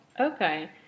Okay